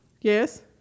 Yes